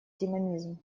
динамизм